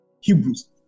Hebrews